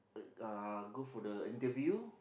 uh uh go for the interview